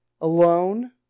alone